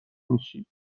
میشید